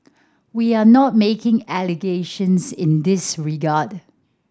we are not making allegations in this regard